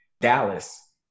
Dallas